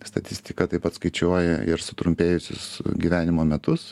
statistika taip pat skaičiuoja ir sutrumpėjusius gyvenimo metus